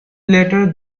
later